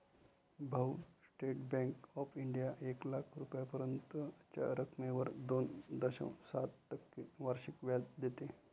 भाऊ, state bank of India एक लाख रुपयांपर्यंतच्या रकमेवर दोन दशांश सात टक्के वार्षिक व्याज देते